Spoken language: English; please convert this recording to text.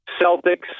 Celtics